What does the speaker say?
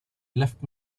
left